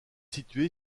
située